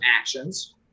actions